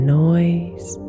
noise